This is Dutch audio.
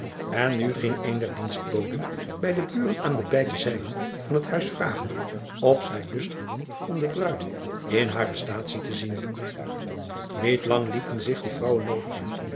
en nu ging een der dienstboden bij de buren aan de beide de zijden van het huis vragen of zij lust hadden om de bruid in hare staatsie te zien iet lang lieten zich die vrouwen noodigen